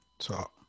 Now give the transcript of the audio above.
Talk